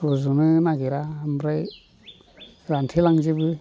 रज'नोनो नागिरा ओमफ्राय रानथेलांजोबो